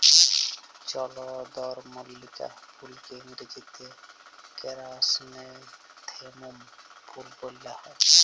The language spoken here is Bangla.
চলদরমল্লিকা ফুলকে ইংরাজিতে কেরাসনেথেমুম ফুল ব্যলা হ্যয়